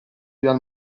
dal